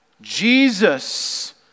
Jesus